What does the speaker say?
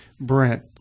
Brent